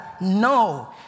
no